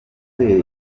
ruri